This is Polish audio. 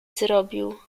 zrobił